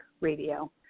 Radio